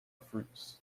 fruits